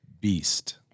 Beast